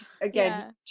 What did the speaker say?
Again